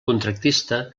contractista